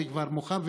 זה כבר מוכן?